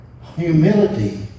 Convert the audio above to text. Humility